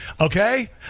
Okay